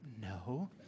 No